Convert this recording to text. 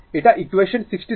এটা ইকুয়েসান 63